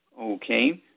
Okay